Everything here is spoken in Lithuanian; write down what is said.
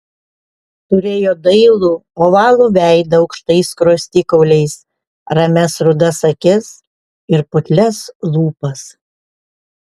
turėjo dailų ovalų veidą aukštais skruostikauliais ramias rudas akis ir putlias lūpas